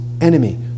enemy